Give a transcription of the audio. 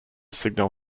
signal